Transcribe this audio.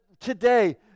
today